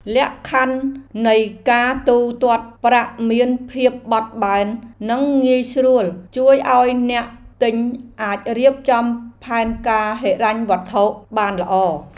លក្ខខណ្ឌនៃការទូទាត់ប្រាក់មានភាពបត់បែននិងងាយស្រួលជួយឱ្យអ្នកទិញអាចរៀបចំផែនការហិរញ្ញវត្ថុបានល្អ។